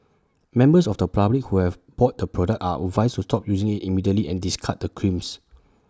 members of the public who have bought the product are advised to stop using IT immediately and discard the creams